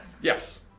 Yes